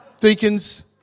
Deacons